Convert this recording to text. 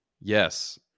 yes